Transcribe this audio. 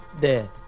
dead